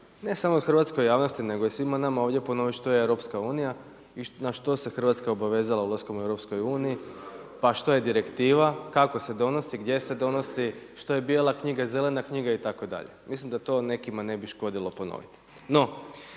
ne samo hrvatskoj javnosti nego i svima ovdje ponoviti što je EU i na što se Hrvatska obavezala ulaskom u EU, pa što je direktiva, kako se donosi, gdje se donosi, što je bijela knjiga, zelena knjiga itd. Mislim da to nekima ne bi škodilo ponoviti.